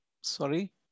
sorry